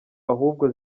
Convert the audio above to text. ahubwo